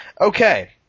Okay